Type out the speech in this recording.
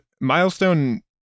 Milestone